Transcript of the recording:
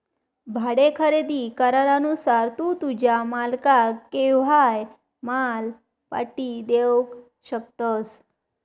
भाडे खरेदी करारानुसार तू तुझ्या मालकाक केव्हाय माल पाटी देवक शकतस